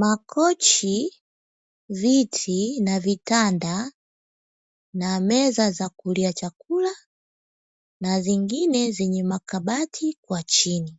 Makochi, viti na vitanda na meza za kulia chakula na zingine zenye makabati kwa chini